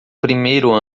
primeiro